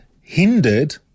hindered